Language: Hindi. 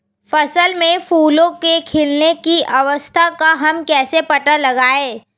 फसल में फूलों के खिलने की अवस्था का हम कैसे पता लगाएं?